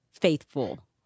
faithful